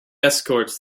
escorts